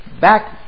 back